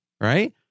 Right